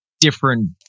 different